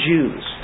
Jews